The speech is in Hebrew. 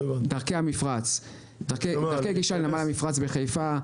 דרכי גישה לנמל המפרץ בחיפה,